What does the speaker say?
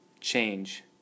change